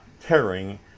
tearing